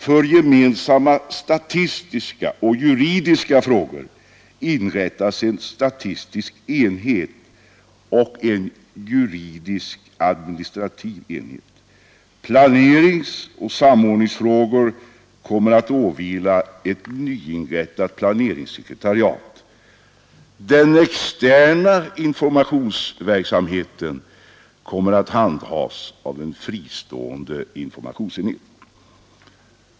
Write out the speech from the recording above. För gemensamma statistiska och juridiska frågor inrättas en statistisk enhet och en juridisk administrativ enhet. Planeringsoch samordningsfrågor kommer att åvila ett nyinrättat planeringssekretariat. Den externa informationsverksamheten kommer att handhas av en fristående informationsenhet.